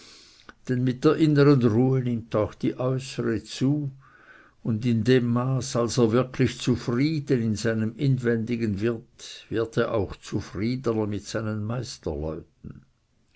denn mit der innern ruhe nimmt auch die äußere zu und in dem maße als er wirklich zufrieden in seinem inwendigen wird wird er auch zufriedener mit seinen